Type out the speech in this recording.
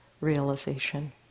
realization